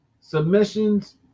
Submissions